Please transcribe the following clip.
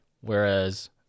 whereas